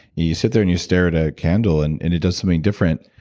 you sit there, and you stare at a candle, and and it does something different.